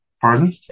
Pardon